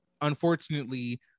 unfortunately